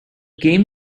game